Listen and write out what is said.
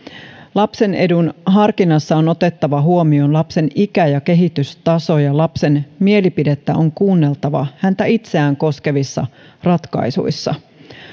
lapsen edun harkinnassa on otettava huomioon lapsen ikä ja kehitystaso ja lapsen mielipidettä on kuunneltava häntä itseään koskevissa ratkaisuissa